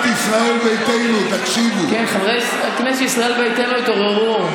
היא ששר יתפטר ויקדיש את כל זמנו ואת כל מרצו לתפקיד שלו,